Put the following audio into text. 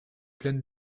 pleine